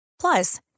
Plus